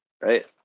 right